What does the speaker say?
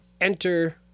Enter